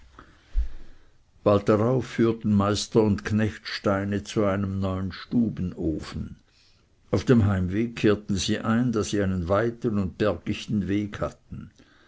bald darauf führten meister und knecht steine zu einem neuen stubenofen auf dem heimweg kehrten sie ein da sie einen weiten und bergichten weg hatten